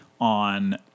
On